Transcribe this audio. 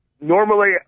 normally